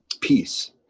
peace